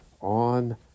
on